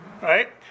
Right